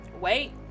wait